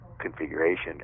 configuration